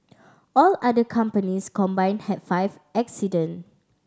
all other companies combine had five accident